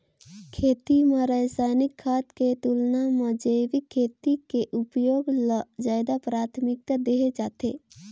खेती म रसायनिक खाद के तुलना म जैविक खेती के उपयोग ल ज्यादा प्राथमिकता देहे जाथे